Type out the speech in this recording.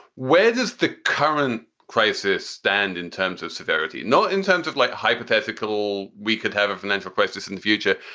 where does the current crisis stand in terms of severity? not in terms of like a hypothetical. we could have a financial crisis in the future.